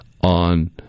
on